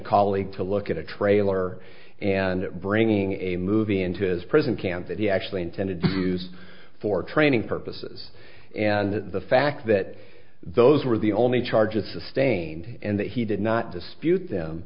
colleague to look at a trailer and bringing a movie into his prison camp that he actually intended to use for training purposes and the fact that those were the only charges sustained and that he did not dispute them